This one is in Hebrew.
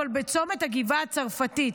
אבל בצומת הגבעה הצרפתית.